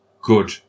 good